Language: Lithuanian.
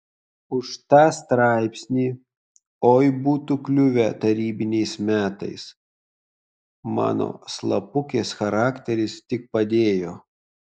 už tą straipsnį oi būtų kliuvę tarybiniais metais mano slapukės charakteris tik padėjo